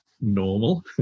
normal